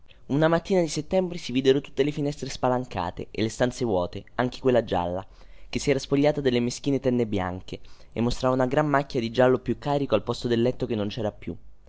una mattina di settembre si videro tutte le finestre spalancate e le stanze vuote anche quella gialla che si era spogliata delle meschine tende bianche e mostrava una gran macchia di un giallo più carico al posto del letto che non cera più